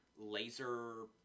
laser